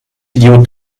idiot